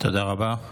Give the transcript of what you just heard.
תודה רבה.